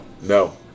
no